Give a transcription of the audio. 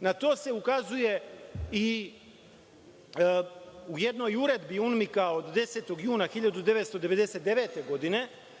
Na to se ukazuje i u jednoj uredbi UNMIK od 10. juna 1999. godine,